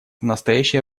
настоящее